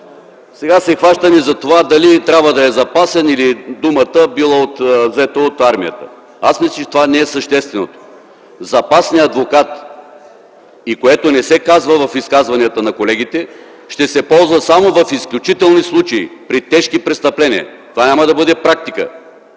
сега се хващаме за това дали трябва да е запасен, думата е била взета от армията. Аз мисля, че това не е същественото. Запасният адвокат, и което не се казва в изказванията на колегите, ще се ползва само в изключителни случаи – при тежки престъпления. Това няма да бъде практика.